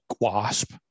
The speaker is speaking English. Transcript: Wasp